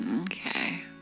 Okay